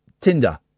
Tinder